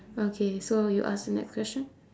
okay so you ask me that question